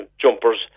jumpers